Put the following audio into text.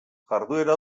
jarduera